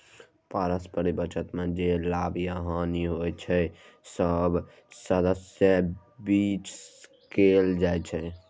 पारस्परिक बचत बैंक मे जे लाभ या हानि होइ छै, से सब सदस्यक बीच साझा कैल जाइ छै